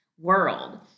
world